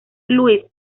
luis